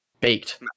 baked